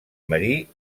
marí